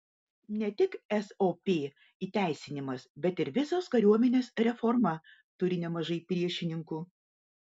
ne tik sop įteisinimas bet ir visos kariuomenės reforma turi nemažai priešininkų